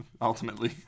Ultimately